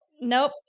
Nope